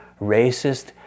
racist